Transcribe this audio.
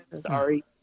sorry